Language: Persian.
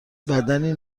بدنی